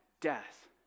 death